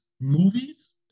movies